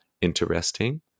interesting